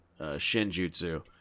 shinjutsu